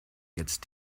jetzt